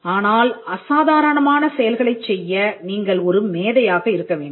ஆனால் அசாதாரணமான செயல்களைச் செய்ய நீங்கள் ஒரு மேதையாக இருக்க வேண்டும்